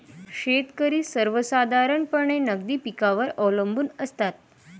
शेतकरी सर्वसाधारणपणे नगदी पिकांवर अवलंबून असतात